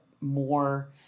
more